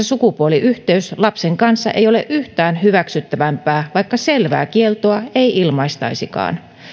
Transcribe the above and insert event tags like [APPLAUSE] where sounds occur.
[UNINTELLIGIBLE] sukupuoliyhteys lapsen kanssa ei ole yhtään hyväksyttävämpää vaikka selvää kieltoa ei ilmaistaisikaan